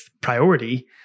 priority